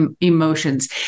emotions